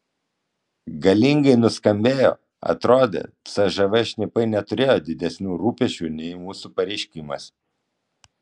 galingai nuskambėjo atrodė cžv šnipai neturėjo didesnių rūpesčių nei mūsų pareiškimas